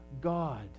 God